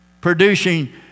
producing